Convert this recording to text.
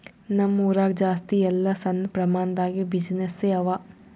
ನಮ್ ಊರಾಗ ಜಾಸ್ತಿ ಎಲ್ಲಾ ಸಣ್ಣ ಪ್ರಮಾಣ ದಾಗೆ ಬಿಸಿನ್ನೆಸ್ಸೇ ಅವಾ